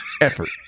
effort